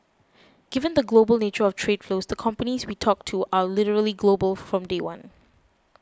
given the global nature of trade flows the companies we talk to are literally global from day one